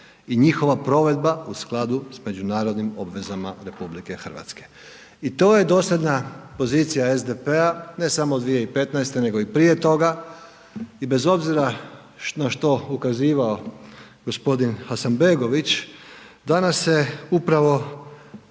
i njihova provedba u skladu sa međunarodnim obvezama RH. I to je .../Govornik se ne razumije./... pozicija SDP ne samo od 2015. nego i prije toga i bez obzira na što ukazivao gospodin Hasanbegović danas se upravo